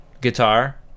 guitar